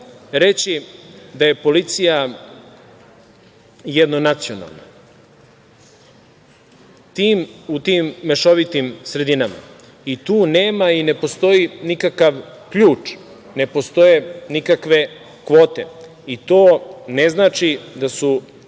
reći da je policija jednonacionalna u tim mešovitim sredinama i tu nema i ne postoji nikakav ključ, ne postoje nikakve kvote. To ne znači da su